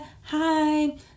Hi